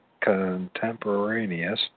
contemporaneous